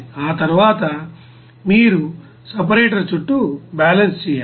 ఆ తరువాత మీరు సపరేటర్ చుట్టూ బ్యాలెన్స్ చేయాలి